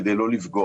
כדי לא לפגוע.